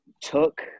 took